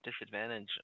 disadvantage